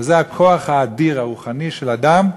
וזה הכוח האדיר הרוחני של אדם,